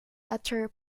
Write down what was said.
uttar